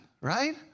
right